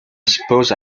suppose